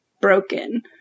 broken